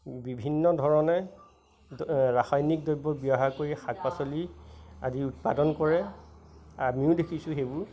বিভিন্ন ধৰণে ৰাসায়নিক দ্ৰব্য ব্যৱহাৰ কৰি শাক পাচলি আদি উৎপাদন কৰে আমিও দেখিছোঁ সেইবোৰ